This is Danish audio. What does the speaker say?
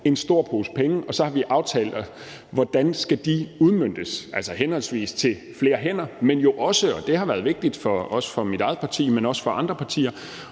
en stor pose penge, og så har vi aftalt, hvordan de skal udmøntes, altså henholdsvis til flere hænder, men jo også – og det har været vigtigt for mit eget parti, men også for andre partier